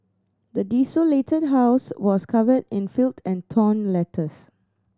the desolated house was covered in filth and torn letters